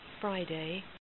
Friday